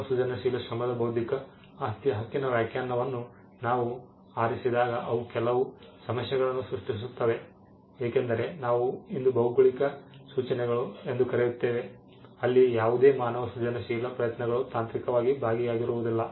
ಮಾನವ ಸೃಜನಶೀಲ ಶ್ರಮದ ಬೌದ್ಧಿಕ ಆಸ್ತಿಯ ಹಕ್ಕಿನ ವ್ಯಾಖ್ಯಾನವನ್ನು ನಾವು ಆರಿಸಿದಾಗ ಅವು ಕೆಲವು ಸಮಸ್ಯೆಗಳನ್ನು ಸೃಷ್ಟಿಸುತ್ತವೆ ಏಕೆಂದರೆ ನಾವು ಇಂದು ಭೌಗೋಳಿಕ ಸೂಚನೆಗಳು ಎಂದು ಕರೆಯುತ್ತೇವೆ ಅಲ್ಲಿ ಯಾವುದೇ ಮಾನವ ಸೃಜನಶೀಲ ಪ್ರಯತ್ನಗಳು ತಾಂತ್ರಿಕವಾಗಿ ಭಾಗಿಯಾಗಿರುವುದಿಲ್ಲ